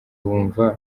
wumva